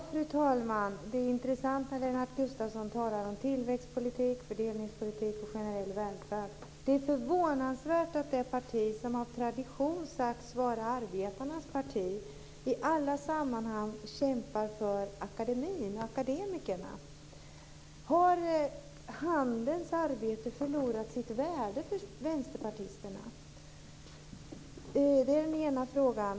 Fru talman! Det är intressant att Lennart Gustavsson talar om tillväxtpolitik, fördelningspolitik och generell välfärd. Det är förvånansvärt att det parti som av tradition sagts vara arbetarnas parti i alla sammanhang kämpar för akademikerna. Har handens arbete förlorat sitt värde för vänsterpartisterna? Det är den ena frågan.